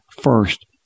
first